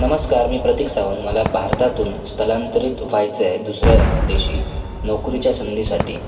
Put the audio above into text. नमस्कार मी प्रतिक सावंत मला भारतातून स्थलांतरित व्हायचं आहे दुसऱ्या देशी नोकरीच्या संधीसाठी